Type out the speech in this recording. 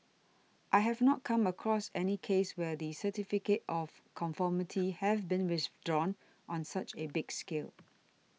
I have not come across any case where the Certificate of Conformity have been withdrawn on such a big scale